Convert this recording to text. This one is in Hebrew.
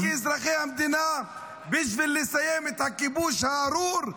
-- גם כאזרחי המדינה בשביל לסיים את הכיבוש הארור,